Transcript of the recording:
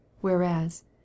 whereas